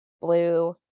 blue